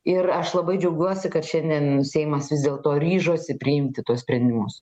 ir aš labai džiaugiuosi kad šiandien seimas vis dėlto ryžosi priimti tuos sprendimus